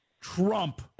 Trump